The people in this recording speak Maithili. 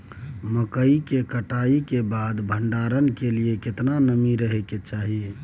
मकई के कटाई के बाद भंडारन के लिए केतना नमी रहै के चाही?